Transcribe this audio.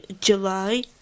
July